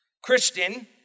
Christian